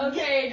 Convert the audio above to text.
Okay